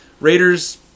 Raiders